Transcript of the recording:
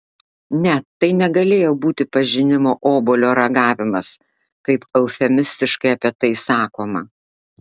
ne tai negalėjo būti pažinimo obuolio ragavimas kaip eufemistiškai apie tai sakoma